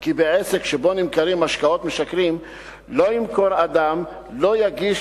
כי בעסק שבו נמכרים משקאות משכרים לא ימכור אדם ולא יגיש